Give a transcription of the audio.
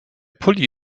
pulli